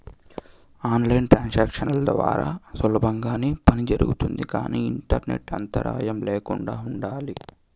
on line transactions ద్వారా సులభంగానే పని జరుగుతుంది కానీ ఇంటర్నెట్ అంతరాయం ల్యాకుండా ఉండాలి